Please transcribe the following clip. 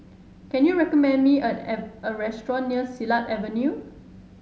can you recommend me at every a restaurant near Silat Avenue